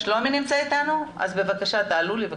בבקשה.